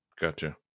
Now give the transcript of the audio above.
Gotcha